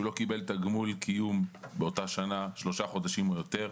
שהוא לא קיבל תגמול קיום באותה שנה במשך שלושה חודשים או יותר.